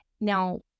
Now